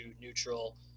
neutral